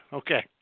okay